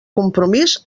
compromís